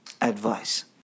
advice